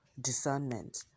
discernment